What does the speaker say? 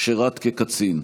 שירת כקצין.